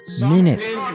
minutes